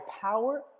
power